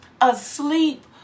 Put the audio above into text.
asleep